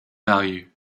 value